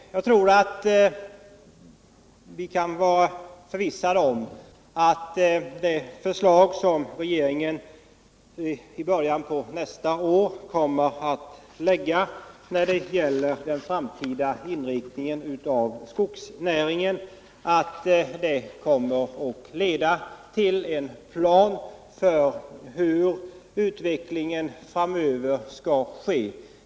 Jag tror att vi kan vara förvissade om att det förslag som regeringen i början av nästa år kommer att lägga fram i fråga om den framtida inriktningen av skogsnäringen kommer att leda till en plan för utvecklingen framöver.